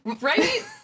right